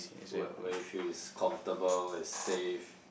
where where you feel is comfortable is safe